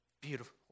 beautiful